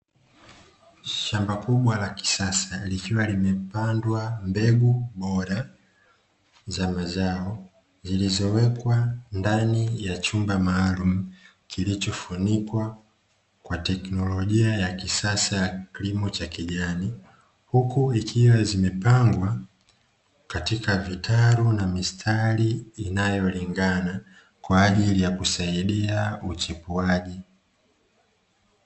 Shamba kubwa la kisasa likiwa limepandwa mbegu bora za mazao, zilizowekwa ndani ya chumba maalum kilichofunikwa kwa teknolojia ya kisasa ya kilimo cha kijani, huku ikiwa zimepangwa katika Vitalu na mistari inayolingana kwaajili kusaidia uchipuaji.